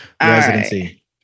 residency